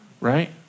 right